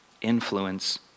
influence